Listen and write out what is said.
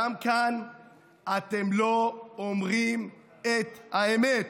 גם כאן אתם לא אומרים את האמת.